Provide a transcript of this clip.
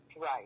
right